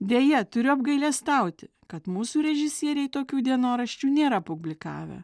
deja turiu apgailestauti kad mūsų režisieriai tokių dienoraščių nėra publikavę